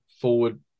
forward